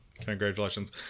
Congratulations